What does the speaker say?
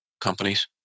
companies